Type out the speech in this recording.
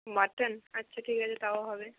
mutton আচ্ছা ঠিক আছে তাও হবে